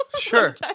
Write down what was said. Sure